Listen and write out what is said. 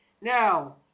Now